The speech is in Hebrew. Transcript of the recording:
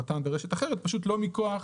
רדיו טלפון נייד ברשת אחרת, פשוט לא מכוח